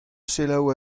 selaou